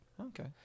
Okay